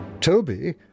Toby